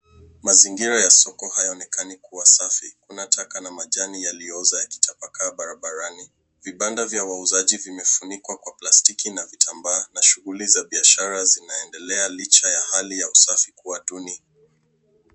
Mazingira ya soko hayaonekani kuwa safi. Kuna taka na majani yaliyooza yakitapakaa barabani. Vibanda vya wauzaji vimefunikwa kwa plastiki na vitambaa. Shughuli za biashara zinaendelea licha ya hali ya usafi kuwa duni.